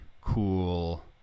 Cool